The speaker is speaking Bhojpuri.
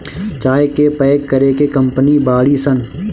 चाय के पैक करे के कंपनी बाड़ी सन